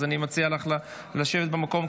אז אני מציע לך לשבת במקום,